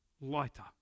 lighter